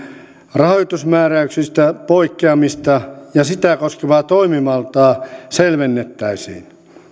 rahoitusmääräyksistä poikkeamista ja sitä koskevaa toimivaltaa selvennettäisiin